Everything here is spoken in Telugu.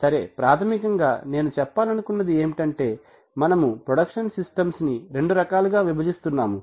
సరే ప్రాథమికంగా నేను చెప్పాలనుకున్నది ఏంటంటే మనము ప్రొడక్షన్ సిస్టమ్స్ ని రెండు రకాలుగా విభజిస్తున్నాము